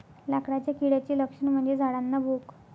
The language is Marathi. लाकडाच्या किड्याचे लक्षण म्हणजे झाडांना भोक